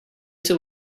till